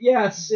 Yes